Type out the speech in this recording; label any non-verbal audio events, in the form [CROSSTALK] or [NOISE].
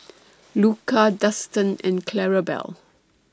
[NOISE] Luka Dustan and Clarabelle